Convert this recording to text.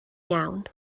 iawn